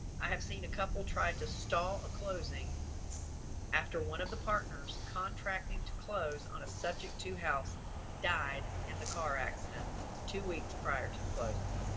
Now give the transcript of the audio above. i have seen a couple tried to stall a closing after one of the partners contracting to close on a subject. two house died in the car accident two weeks prior to the closing.